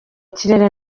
kirere